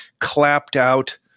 clapped-out